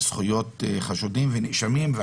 זכויות חשודים ונאשמים הן דבר חשוב מאוד,